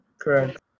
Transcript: correct